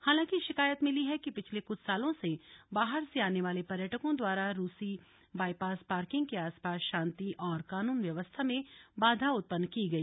हालांकि शिकायत मिली है कि पिछले कुछ सालों में बाहर से आने वाले पर्यटकों द्वारा रूसी बाईपास पार्किंग के आसपास शान्ति और कानून व्यवस्था में बाधा उत्पन्न की गई